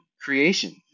creation